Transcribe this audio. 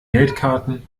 geldkarten